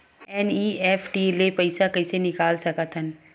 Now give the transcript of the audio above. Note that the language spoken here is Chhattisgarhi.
एन.ई.एफ.टी ले पईसा कइसे निकाल सकत हन?